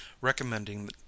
recommending